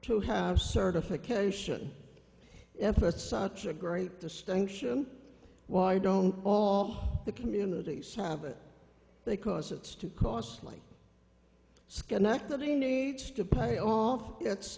to have certification if it's such a great distinction why don't all the communities have it they cause it's too costly schenectady needs to pay off it